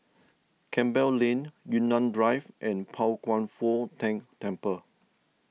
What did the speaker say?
Campbell Lane Yunnan Drive and Pao Kwan Foh Tang Temple